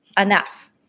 Enough